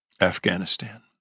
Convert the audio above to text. Afghanistan